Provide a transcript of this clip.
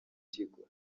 kigo